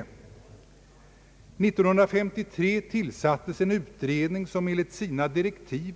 År 1953 tillsattes en utredning som enligt sina direktiv